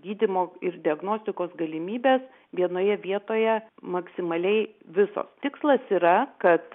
gydymo ir diagnostikos galimybės vienoje vietoje maksimaliai visos tikslas yra kad